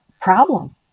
problem